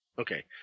Okay